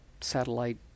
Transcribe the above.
satellite